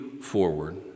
forward